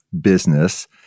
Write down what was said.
business